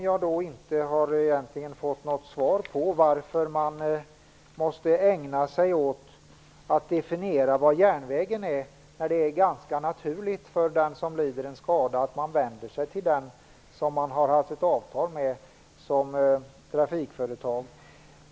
Jag har egentligen inte fått något svar på varför man måste ägna sig åt att definiera vad järnvägen är, när det är ganska naturligt för den som lider en skada att vända sig till det trafikföretag som man har haft ett avtal med.